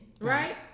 right